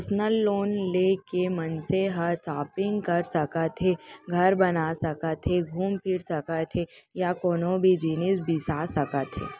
personal loan ले के मनसे हर सॉपिंग कर सकत हे, घर बना सकत हे घूम फिर सकत हे या कोनों भी जिनिस बिसा सकत हे